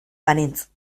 banintz